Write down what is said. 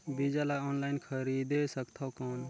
बीजा ला ऑनलाइन खरीदे सकथव कौन?